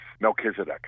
Melchizedek